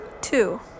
Two